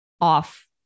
off